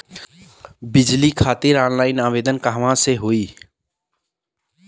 बिजली खातिर ऑनलाइन आवेदन कहवा से होयी?